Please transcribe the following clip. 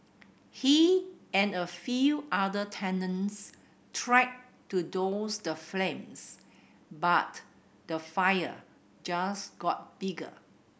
he and a few other tenants tried to douse the flames but the fire just got bigger